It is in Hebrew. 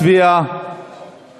מציע החוק רוצה להשיב?